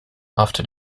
after